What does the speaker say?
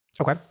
Okay